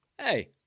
hey